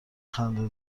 خنده